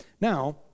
now